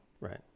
Right